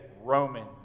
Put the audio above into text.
Roman